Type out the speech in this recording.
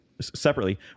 separately